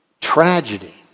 Tragedy